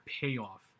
payoff